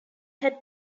had